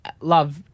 love